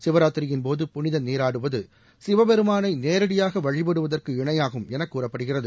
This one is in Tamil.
சிவராத்திரியின் போது புனித நீராடுவது சிவபெருமானை நேரடியாக வழிபடுவதற்கு இணையாகும் என கூறப்படுகிறது